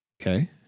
Okay